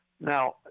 Now